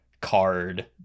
card